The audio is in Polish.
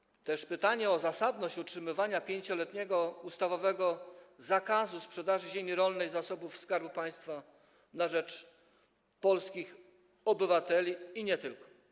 Nasuwa się też pytanie o zasadność utrzymywania 5-letniego ustawowego zakazu sprzedaży ziemi rolnej z zasobów Skarbu Państwa na rzecz polskich obywateli i nie tylko.